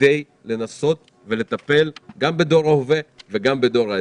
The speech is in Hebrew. כדי לנסות ולטפל גם בדור ההווה וגם בדור העתיד,